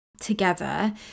together